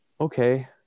Okay